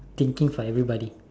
thinking for everybody